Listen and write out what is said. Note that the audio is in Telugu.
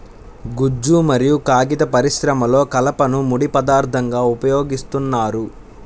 గుజ్జు మరియు కాగిత పరిశ్రమలో కలపను ముడి పదార్థంగా ఉపయోగిస్తున్నారు